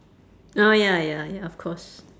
oh ya ya ya of course